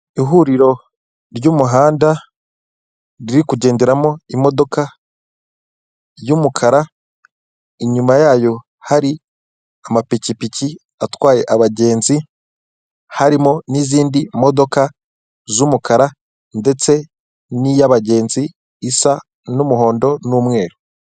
Ihuriro ry'umuhanda riri kugenderamo imodoka y'umukara, inyuma yayo hari amapikipiki atwaye abagenzi harimo n'izindi modoka z'umukara ndetse niy'abagenzi isa n'umuhondo n'umweru.